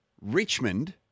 Richmond